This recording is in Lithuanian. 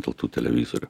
dėl tų televizorių